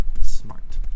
smart